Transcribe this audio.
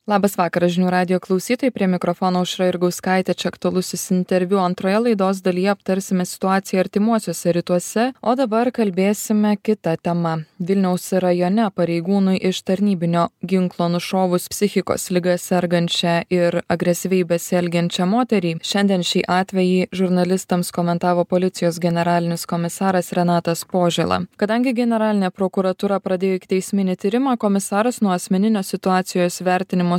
labas vakaras žinių radijo klausytojai prie mikrofono aušra jurgauskaitė čia aktualusis interviu antroje laidos dalyje aptarsime situaciją artimuosiuose rytuose o dabar kalbėsime kita tema vilniaus rajone pareigūnui iš tarnybinio ginklo nušovus psichikos liga sergančią ir agresyviai besielgiančią moterį šiandien šį atvejį žurnalistams komentavo policijos generalinis komisaras renatas požėla kadangi generalinė prokuratūra pradėjo ikiteisminį tyrimą komisaras nuo asmeninio situacijos vertinimo